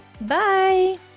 Bye